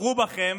בחרו בכם